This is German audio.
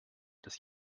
dass